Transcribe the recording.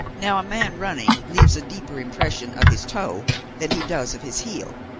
now a man, running, leaves a deeper impression of his toe than he does of his heel,